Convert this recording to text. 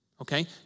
okay